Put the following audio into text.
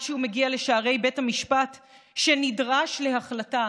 שהוא מגיע לשערי בית המשפט שנדרש להחלטה